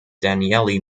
danielle